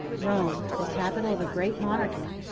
rome, the capital of a great monarchy,